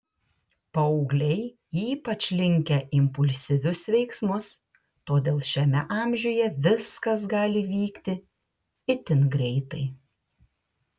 paaugliai ypač linkę į impulsyvius veiksmus todėl šiame amžiuje viskas gali vykti itin greitai